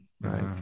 right